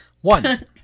One